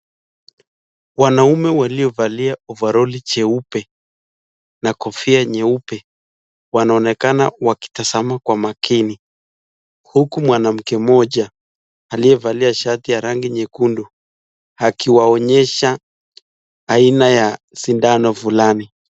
Wanaume waliovalia ovaroli jeupe na kofia nyeupe wanaonekana wakitazama kwa makini. Huku mwanamke mmoja aliyevalia shati ya rangi nyekundu akiwaonyesha aina ya sindano fulani.